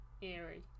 eerie